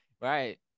Right